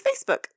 facebook